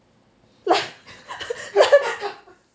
like like